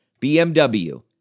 BMW